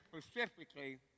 specifically